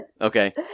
Okay